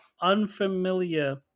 unfamiliar